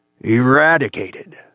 Eradicated